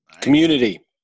Community